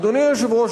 אדוני היושב-ראש,